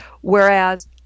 Whereas